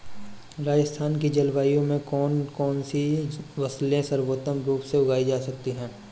राजस्थान की जलवायु में कौन कौनसी फसलें सर्वोत्तम रूप से उगाई जा सकती हैं?